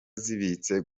zibitse